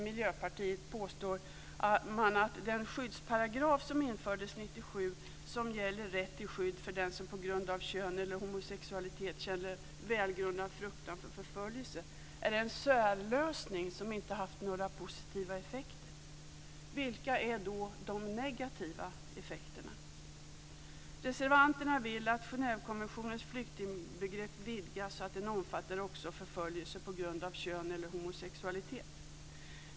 Miljöpartiet påstår man att den skyddsparagraf som infördes 1997 och som gäller rätt till skydd för den som på grund av kön eller homosexualitet känner välgrundad fruktan för förföljelse är en särlösning som inte haft några positiva effekter. Vilka är då de negativa effekterna? Reservanterna vill att Genèvekonventionens flyktingbegrepp vidgas så att det omfattar också förföljelse på grund av kön eller homosexualitet.